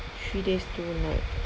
three days two night